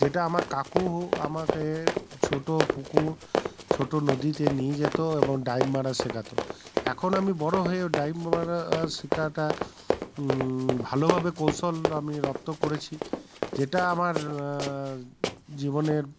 যেটা আমার কাকু আমাকে ছোটো পুকুর ছোট নদীতে নিয়ে যেতো এবং ডাইভ মারা শেখাতো এখন আমি বড়ো হয়ে ডাইভ মারা শেখাটা ভালোভাবে কৌশল আমি রপ্ত করেছি যেটা আমার জীবনের